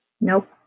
Nope